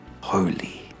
holy